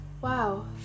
Wow